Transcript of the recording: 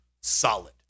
solid